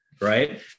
Right